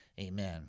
Amen